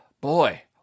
boy